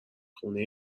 خونه